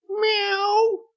Meow